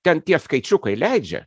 ten tie skaičiukai leidžia